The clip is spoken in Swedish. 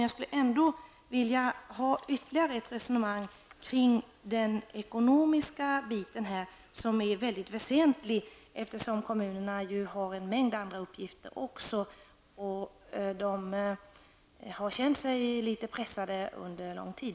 Jag skulle gärna vilja få en ytterligare redogörelse om den ekonomiska delen, något som är mycket väsentligt, eftersom kommunerna också har en mängd andra uppgifter. De har känt sig litet pressade under lång tid.